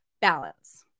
balance